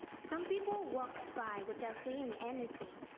some people walked by without saying anything,